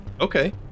okay